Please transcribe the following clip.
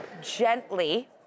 gently